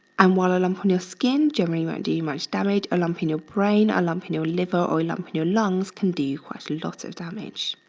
um while a lump on your skin generally won't do you much damage, a lump in your brain, a lump in your liver or a lump in your lungs can do quite a lot of damage.